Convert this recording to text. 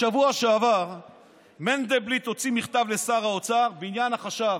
בשבוע שעבר מנדלבליט הוציא מכתב לשר האוצר בעניין החשב.